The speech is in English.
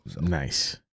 nice